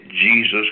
Jesus